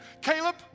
Caleb